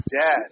dad